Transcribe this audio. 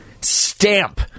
stamp